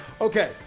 Okay